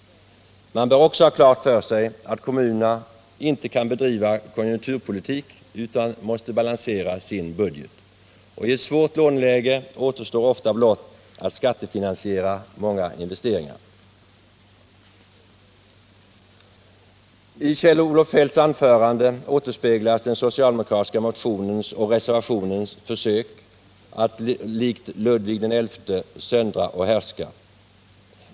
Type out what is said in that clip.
Man bör också ha klart för sig att kommunerna inte kan bedriva konjunkturpolitik utan måste balansera sin budget, och i ett svårt låneläge återstår ofta blott att skattefinansiera många investeringar. I Kjell-Olof Feldts anförande återspeglas den socialdemokratiska motionens och reservationens försök att likt Ludvig XI söndra och härska.